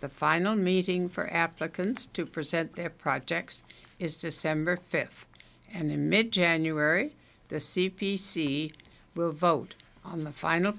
the final meeting for applicants to present their projects is december fifth and in mid january the c p c will vote on the final